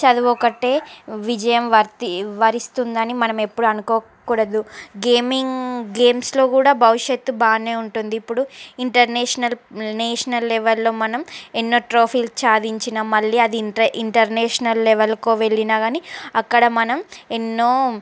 చదువు ఒకటే విజయం వర్తి వరిస్తుందని మనం ఎప్పుడు అనుకోకూడదు గేమింగ్ గేమ్స్లో కూడా భవిష్యత్తు బాగానే ఉంటుంది ఇప్పుడు ఇంటర్నేషనల్ నేషనల్ లెవెల్లో మనం ఎన్నో ట్రోఫీలు సాధించిన మళ్ళీ అది ఇంటే ఇంటర్నేషనల్ లెవెల్కు వెళ్ళినా కానీ అక్కడ మనం ఎన్నో